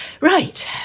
Right